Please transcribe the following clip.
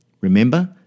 Remember